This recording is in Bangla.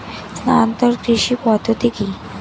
স্থানান্তর কৃষি পদ্ধতি কি?